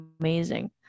amazing